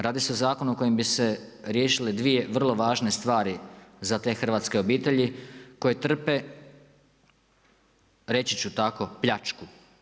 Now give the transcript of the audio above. Radi se o zakonu kojim bi se riješile dvije vrlo važne stvari za te hrvatske obitelji koje trpe, reći ću tako pljačku.